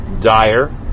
dire